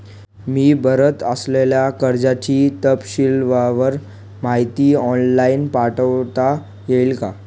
मी भरत असलेल्या कर्जाची तपशीलवार माहिती ऑनलाइन पाठवता येईल का?